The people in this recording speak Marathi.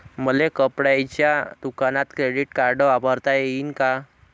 मले कपड्याच्या दुकानात क्रेडिट कार्ड वापरता येईन का?